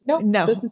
No